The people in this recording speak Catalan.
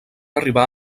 arribar